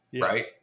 right